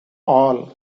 all